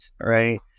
Right